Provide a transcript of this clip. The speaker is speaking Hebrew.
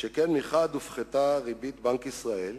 שכן מחד גיסא הופחתה ריבית בנק ישראל,